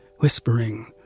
whispering